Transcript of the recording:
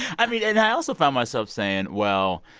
i mean, and i also found myself saying, well,